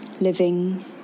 living